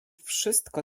wszystko